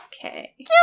Okay